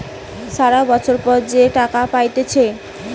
সারা বছর পর যে টাকা পাইতেছে